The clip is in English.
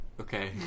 okay